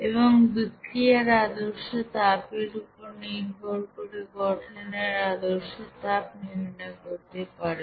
এবং বিক্রিয়ার আদর্শ তাপ এর উপর নির্ভর করে গঠনের আদর্শ তাপ নির্ণয় করতে পারবে